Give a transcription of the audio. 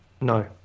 No